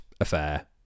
affair